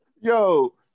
Yo